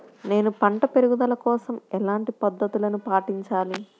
నేను పంట పెరుగుదల కోసం ఎలాంటి పద్దతులను పాటించాలి?